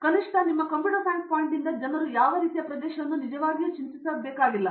ಆದ್ದರಿಂದ ಕನಿಷ್ಠ ನಿಮ್ಮ ಕಂಪ್ಯೂಟರ್ ಸೈನ್ಸ್ ಪಾಯಿಂಟ್ನಿಂದ ಜನರು ಯಾವ ರೀತಿಯ ಪ್ರದೇಶವನ್ನು ನಿಜವಾಗಿಯೂ ಚಿಂತಿಸಬೇಕಾಗಿಲ್ಲ